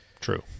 True